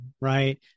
Right